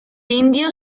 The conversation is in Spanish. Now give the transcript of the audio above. indio